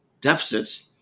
deficits